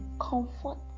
comfort